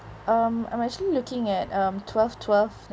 um I'm actually looking at um twelve twelve